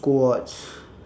squats